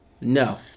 No